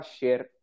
share